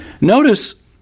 Notice